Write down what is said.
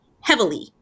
heavily